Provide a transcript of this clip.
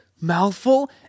Mouthful